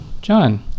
John